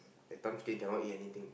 that time skin cannot eat anything